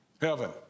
Heaven